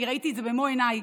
אני ראיתי את זה במו עיניי,